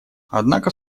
однако